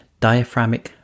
diaphragmic